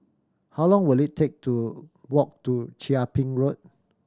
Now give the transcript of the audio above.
how long will it take to walk to Chia Ping Road